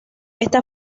está